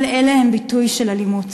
כל אלה הם ביטויים של אלימות.